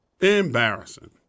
Embarrassing